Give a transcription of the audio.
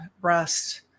breasts